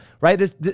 right